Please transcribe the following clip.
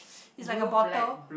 is like a bottle